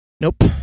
Nope